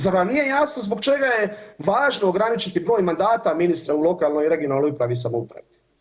Zar vam nije jasno zbog čega je važno ograničiti broj mandata ministre u lokalnoj i regionalnoj upravi i samoupravi?